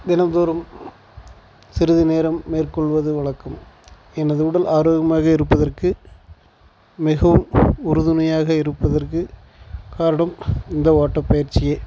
தினம்தோறும் சிறுது நேரம் மேற்கொள்வது வழக்கம் எனது உடல் ஆரோக்கியமாக இருப்பதற்கு மிகவும் உறுதுணையாக இருப்பதற்கு காரணம் இந்த ஓட்டப்பயிற்சியே